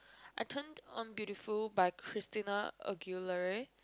I turned on Beautiful by Christina Aguilera